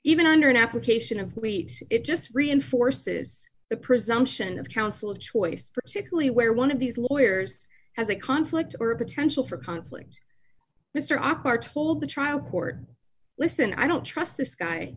even under an application of wheat it just reinforces the presumption of counsel of choice particularly where one of these lawyers has a conflict or a potential for conflict mr opp are told the trial court listen i don't trust this guy